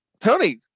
Tony